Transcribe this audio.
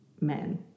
men